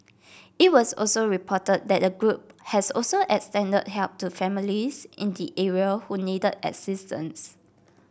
it was also reported that the group has also extended help to families in the area who needed assistance